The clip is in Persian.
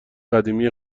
قدیمی